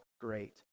great